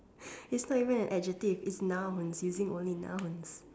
it's not even an adjective it's nouns using only nouns